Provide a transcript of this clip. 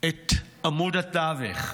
את עמוד התווך.